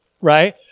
right